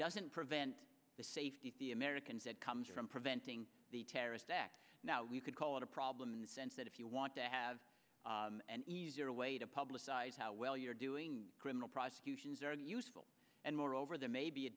doesn't prevent the safety of the americans it comes from preventing the terrorist act now we could call it a problem in the sense that if you want to have an easier way to publicize how well you're doing criminal prosecutions are useful and moreover there may be a